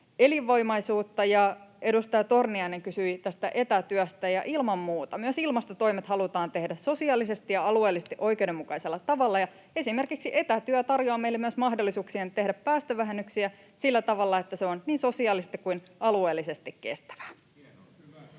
elinvoimaisuutta, ja edustaja Torniainen kysyi etätyöstä. Ilman muuta, myös ilmastotoimet halutaan tehdä sosiaalisesti ja alueellisesti oikeudenmukaisella tavalla, ja esimerkiksi etätyö tarjoaa meille myös mahdollisuuksia tehdä päästövähennyksiä sillä tavalla, että se on niin sosiaalisesti kuin alueellisesti kestävää.